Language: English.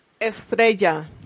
Estrella